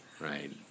right